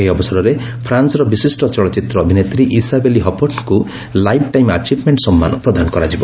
ଏହି ଅବସରରେ ଫ୍ରାନ୍ନର ବିଶିଷ୍ଟ ଚଳଚ୍ଚିତ୍ର ଅଭିନେତ୍ରୀ ଇଶାବେଲି ହପର୍ଟଙ୍କୁ ଲାଇଫ୍ଟାଇମ୍ ଆଚିଭମେଣ୍ଟ ସମ୍ମାନ ପ୍ରଦାନ କରାଯିବ